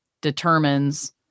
determines